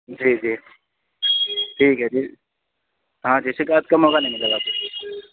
جی جی ٹھیک ہے جی ہاں جی شکایت کا موقع نہیں ملے گا آپ کو